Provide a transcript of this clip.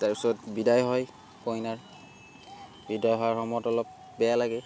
তাৰপিছত বিদায় হয় কইনাৰ বিদায় হোৱাৰ সময়ত অলপ বেয়া লাগে